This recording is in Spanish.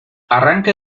arranca